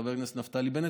חבר הכנסת נפתלי בנט,